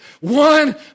One